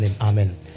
Amen